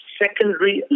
secondary